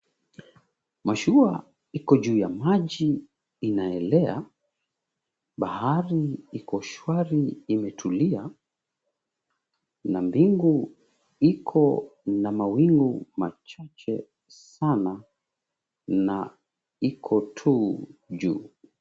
Mashua iko juu ya maji inaelea. Bahari iko shwari imetulia na mbingu iko na mawingu machache sana na iko tu juu.